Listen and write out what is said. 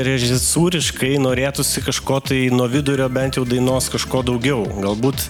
režisūriškai norėtųsi kažko tai nuo vidurio bent jau dainos kažko daugiau galbūt